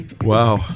Wow